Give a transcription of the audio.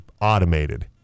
automated